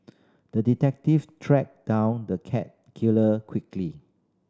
the detective tracked down the cat killer quickly